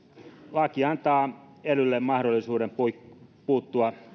laki antaa edelleen mahdollisuuden puuttua puuttua